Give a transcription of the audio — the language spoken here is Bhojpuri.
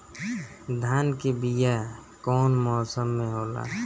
धान के बीया कौन मौसम में होला?